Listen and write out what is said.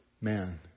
man